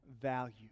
value